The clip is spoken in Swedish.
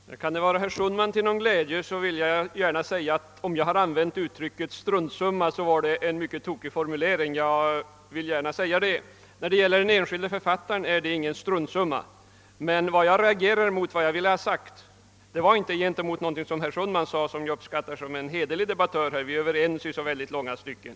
Herr talman! Kan det vara herr Sundman till någon glädje vill jag gärna säga att om jag använde uttrycket struntsumma var detta en mycket tokig formulering. s När det gäller den enskilde författaren är det inte fråga om någon struntsumma. Jag reagerade inte mot något av det som herr Sundman sade. Jag uppskattar honom som en hederlig debattör och vi är överens i långa stycken.